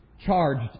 charged